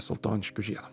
saltoniškių žiedo